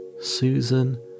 Susan